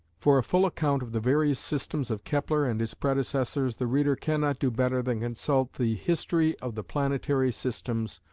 for a full account of the various systems of kepler and his predecessors the reader cannot do better than consult the history of the planetary systems,